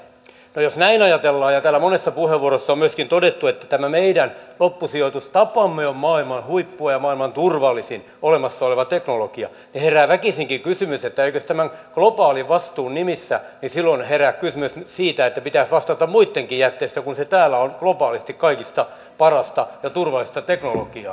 no jos näin ajatellaan ja täällä monessa puheenvuorossa on myöskin todettu että tämä meidän loppusijoitustapamme on maailman huippua ja maailman turvallisin olemassa oleva teknologia niin herää väkisinkin kysymys että eikös tämän globaalin vastuun nimissä silloin pitäisi vastata muittenkin jätteistä kun se täällä on globaalisti kaikista parasta ja turvallisinta teknologiaa